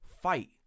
fight